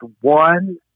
one